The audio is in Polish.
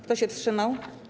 Kto się wstrzymał?